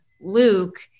Luke